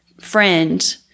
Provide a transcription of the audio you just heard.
friend